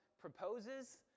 proposes